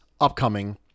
upcoming